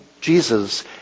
Jesus